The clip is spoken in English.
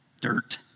dirt